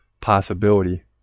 possibility